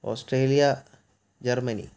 Australia Germany